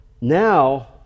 Now